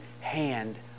hand